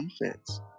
defense